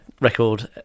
record